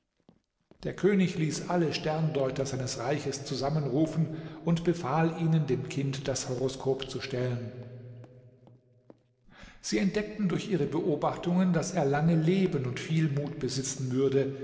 der könig ließ alle sterndeuter seines reiches zusammenrufen und befahl ihnen dem kind das horoskop zu stellen sie entdeckten durch ihre beobachtungen daß er lange leben und viel mut besitzen würde